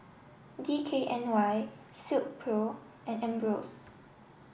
D K N Y Silkpro and Ambros